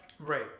right